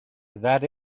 that